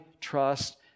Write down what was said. trust